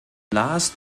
last